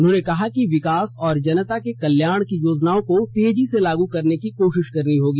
उन्होंने कहा कि विकास और जनता के कल्याण की योजनाओं को तेजी लागू करने की कोशिश करनी होगी